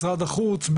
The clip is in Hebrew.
משרד החוץ,